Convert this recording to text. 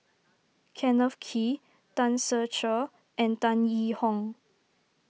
Kenneth Kee Tan Ser Cher and Tan Yee Hong